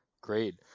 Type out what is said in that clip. great